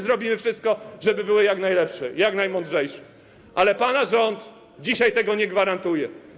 Zrobimy wszystko, żeby były jak najlepsze, jak najmądrzejsze, ale pana rząd dzisiaj tego nie gwarantuje.